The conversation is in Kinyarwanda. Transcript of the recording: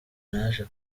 naje